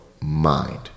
mind